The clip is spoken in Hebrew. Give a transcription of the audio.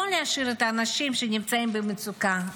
לא להשאיר לבד את האנשים שנמצאים במצוקה.